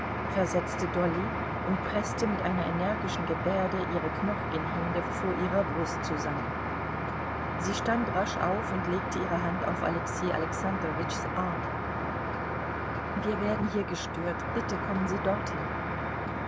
versetzte dolly und preßte mit einer energischen gebärde ihre knochigen hände vor ihrer brust zusammen sie stand rasch auf und legte ihre hand auf alexei alexandrowitschs arm wir werden hier gestört bitte kommen sie dorthin